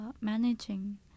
managing